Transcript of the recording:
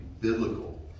biblical